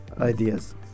ideas